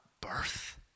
birth